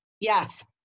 Yes